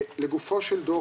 לגופו של דוח,